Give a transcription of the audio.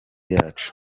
yacu